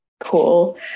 cool